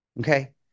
Okay